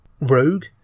rogue